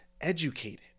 educated